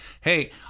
hey